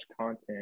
content